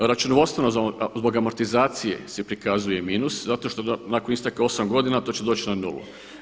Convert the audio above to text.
Računovodstveno zbog amortizacije se prikazuje minus zato što nakon isteka osam godina, to će doći na nulu.